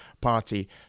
party